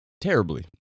terribly